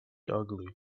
ugly